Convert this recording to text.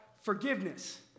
forgiveness